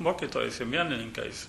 mokytojais ir menininkais